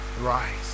rise